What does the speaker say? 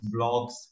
blogs